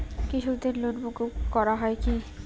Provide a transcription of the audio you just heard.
কৃষকদের লোন মুকুব করা হয় কি?